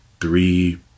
three